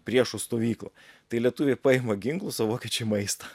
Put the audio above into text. priešų stovyklą tai lietuviai paima ginklus o vokiečiai maistą